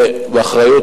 באחריות,